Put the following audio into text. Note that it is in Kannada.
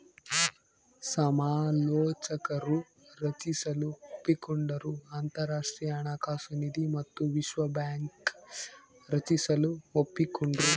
ಸಮಾಲೋಚಕರು ರಚಿಸಲು ಒಪ್ಪಿಕೊಂಡರು ಅಂತರಾಷ್ಟ್ರೀಯ ಹಣಕಾಸು ನಿಧಿ ಮತ್ತು ವಿಶ್ವ ಬ್ಯಾಂಕ್ ರಚಿಸಲು ಒಪ್ಪಿಕೊಂಡ್ರು